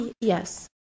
yes